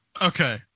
Okay